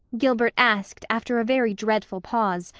gilbert asked after a very dreadful pause,